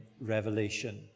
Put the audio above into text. Revelation